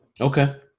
Okay